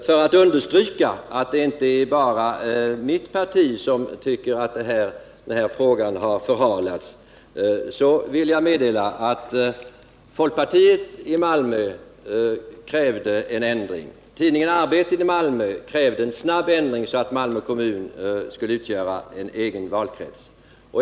För att understryka att det inte bara är mitt parti som tycker att frågan har förhalats vill jag meddela att folkpartiet i Malmö krävde en ändring, att tidningen Arbetet i Malmö krävde en snabb ändring, så att Malmö kommun skulle utgöra en egen valkrets.